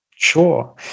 Sure